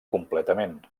completament